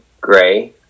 Gray